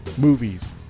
movies